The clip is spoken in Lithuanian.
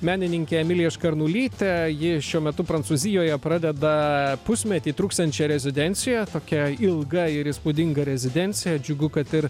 menininke emilija škarnulyte ji šiuo metu prancūzijoje pradeda pusmetį truksiančią rezidenciją tokia ilga ir įspūdinga rezidencija džiugu kad ir